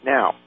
Now